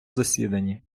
засіданні